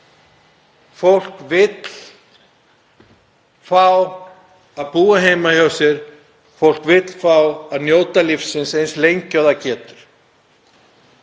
Fólk vill fá að búa heima hjá sér, fólk vill fá að njóta lífsins eins lengi og það getur.